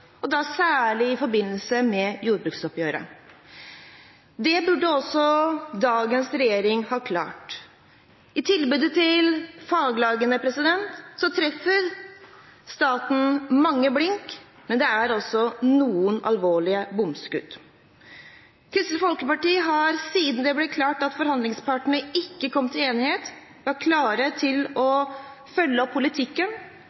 og da særlig i forbindelse med jordbruksoppgjøret. Det burde også dagens regjering ha klart. I tilbudet til faglagene treffer staten mange blink, men det er også noen alvorlige bomskudd. Kristelig Folkeparti har siden det ble klart at forhandlingspartene ikke kom til enighet, vært klare til